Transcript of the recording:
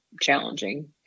challenging